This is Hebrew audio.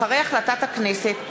אחרי החלטת הכנסת,